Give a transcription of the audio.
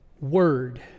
word